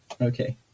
Okay